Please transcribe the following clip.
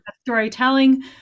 storytelling